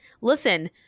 listen